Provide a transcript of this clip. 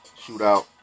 shootout